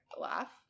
laugh